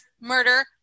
murder